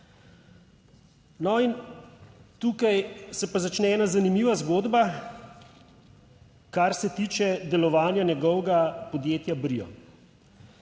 tukaj se pa začne ena zanimiva zgodba, kar se tiče delovanja njegovega podjetja Brio.